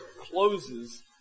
closes